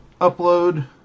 upload